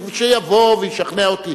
שיבוא וישכנע אותי.